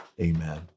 amen